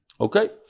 Okay